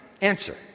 Answer